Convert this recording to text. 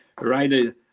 right